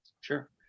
Sure